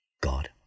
God